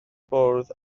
bwrdd